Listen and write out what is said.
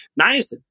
niacin